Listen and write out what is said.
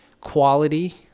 quality